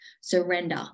surrender